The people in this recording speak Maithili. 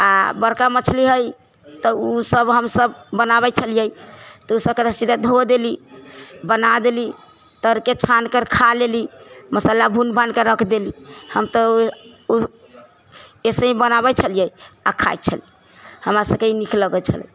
आ बड़का मछली हइ तऽ ओ सभ हमसभ तब बनाबैत छलियै तऽ ओ सभ तऽ सीधा धो देली बना देली तरके छानकर खा लेली मसाला भून भानके रख देली हम तऽ ओ ऐसे ही बनाबैत छलियै आ खाइत छलियै हमरा सभके ई नीक लगैत छलै